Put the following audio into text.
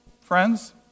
friends